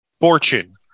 fortune